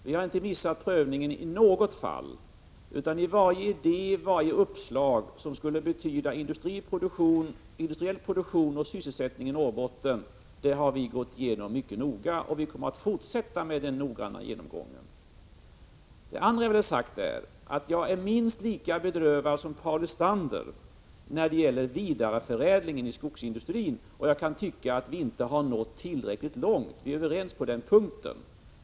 Vi har inte missat prövningen i något fall, utan varje idé och uppslag som skulle kunna betyda industriell produktion och sysselsättning i Norrbotten har gåtts igenom mycket noga, och vi kommer att fortsätta med den noggranna genomgången. Det andra jag vill ha sagt är: Jag är minst lika bedrövad som Paul Lestander när det gäller vidareförädlingen inom skogsindustrin, och jag kan tycka att vi inte har nått tillräckligt långt — vi är överens på den punkten.